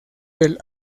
del